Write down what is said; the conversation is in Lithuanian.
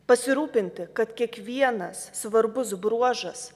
pasirūpinti kad kiekvienas svarbus bruožas